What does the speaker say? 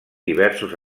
diversos